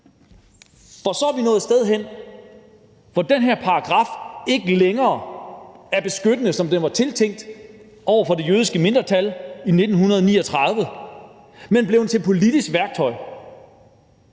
for så er vi nået et sted hen, hvor den her paragraf ikke længere er beskyttende, sådan som den var tiltænkt i 1939, nemlig over for det jødiske mindretal, men er blevet til et politisk værktøj